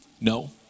No